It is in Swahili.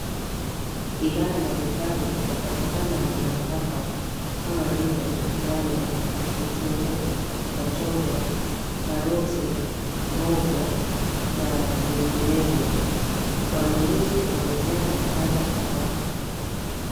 Bidhaa mbalimbali zapitakana hapakama vile nyanya, vitunguu, machungwa, karoti, mboga na vinignevyo. Wanunuzi wamejaa mahala hapa.